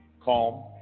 calm